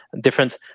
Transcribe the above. different